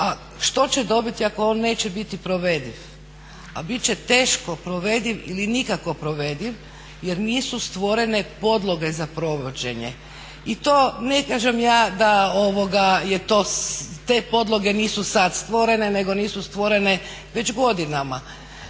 A što će dobiti ako on neće biti provediv a biti će teško provediv ili nikako provediv jer nisu stvorene podloge za provođenje. I to ne kažem ja da je to, te podloge nisu sada stvorene nego nisu stvorene već godinama.